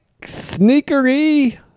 sneakery